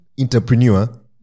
entrepreneur